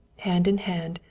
hand in hand,